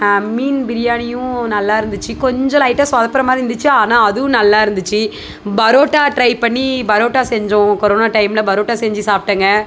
மீன் பிரியாணியும் நல்லாருந்துச்சி கொஞ்சம் லைட்டா சொதப்புற மாதிரி இருந்துச்சு ஆனால் அதுவும் நல்லாருந்துச்சு பரோட்டா ட்ரை பண்ணி பரோட்டா செஞ்சோம் கொரோனா டைமில் பரோட்டா செஞ்சு சாப்பிட்டேங்க